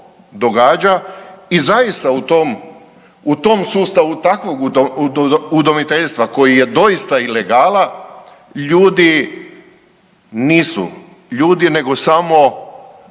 u tom, u tom sustavu takvog udomiteljstva koji je doista ilegala ljudi nisu ljudi nego samo